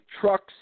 Trucks